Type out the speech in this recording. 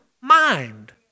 mind